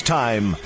time